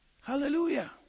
Hallelujah